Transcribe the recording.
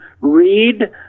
read